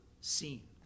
seen